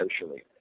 socially